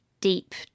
deep